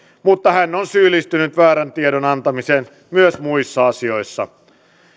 mutta hän on syyllistynyt väärän tiedon antamiseen myös muissa asioissa